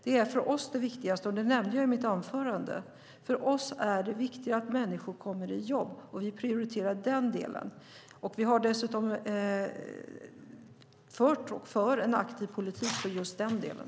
Det är för oss det viktigaste, och det nämnde jag i mitt anförande. För oss är det viktiga att människor kommer i jobb. Vi prioriterar den delen. Vi har dessutom fört och för en aktiv politik för just den delen.